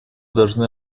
должны